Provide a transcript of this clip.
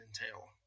entail